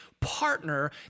partner